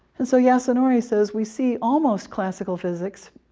and so yasunori says we see almost classical physics,